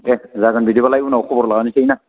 दे जागोन बिदिब्लालाय उनाव खबर लाहरनोसै ना